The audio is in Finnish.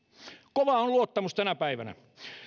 kova on luottamus tänä päivänä